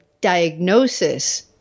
diagnosis